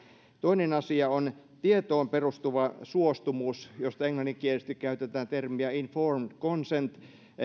toinen asia on tietoon perustuva suostumus josta englanninkielisesti käytetään termiä informed consent